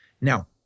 Now